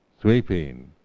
sweeping